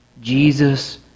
Jesus